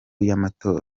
y’amatora